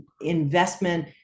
investment